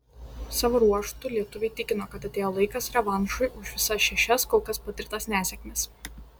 savo ruožtu lietuviai tikino kad atėjo laikas revanšui už visas šešias kol kas patirtas nesėkmes